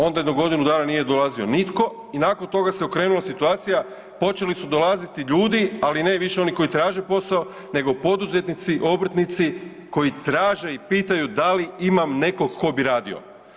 Onda je do godinu dana nije dolazio nitko i nakon toga se okrenula situacija, počeli su dolaziti ljudi, ali ne više oni koji traže posao, nego poduzetnici, obrtnici, koji traže i pitaju da li imam nekog tko bi radio.